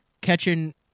catching